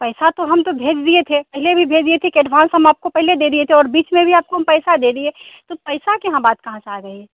पैसा तो हम तो भेज दिए थे पहले भी भेज दिए थे कि एडवान्स हम आपको पहले ही दे दिए थे और बीच में भी आपको हम पैसा दे दिए तो पैसा कि यहाँ बात कहाँ से आ गई